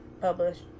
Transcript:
published